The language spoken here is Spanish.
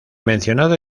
mencionado